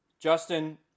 Justin